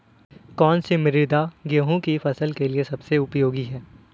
कौन सी मृदा गेहूँ की फसल के लिए सबसे उपयोगी है?